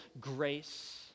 grace